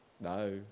no